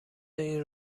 این